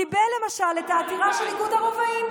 קיבל למשל את העתירה של איגוד הרובאים,